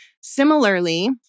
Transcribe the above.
Similarly